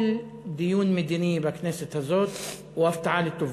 כל דיון מדיני בכנסת הזאת הוא הפתעה לטובה,